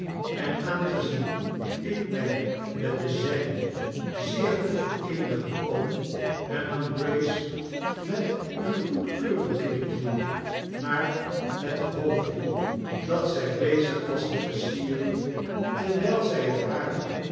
en aangezien ik mij met de zijne zeer goed vereenigen kon hernam grace met een goedkeurend knikje naar het hoofdje dat zij bezig was te versieren terwijl zij het hare